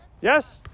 Yes